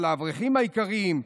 על האברכים היקרים,